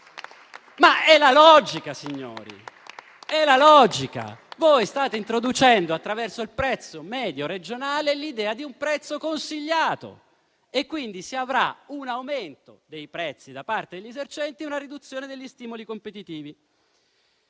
È la logica, signori! È la logica! Voi state introducendo, attraverso il prezzo medio regionale, l'idea di un prezzo consigliato. Quindi, si avranno un aumento dei prezzi da parte degli esercenti e una riduzione degli stimoli competitivi.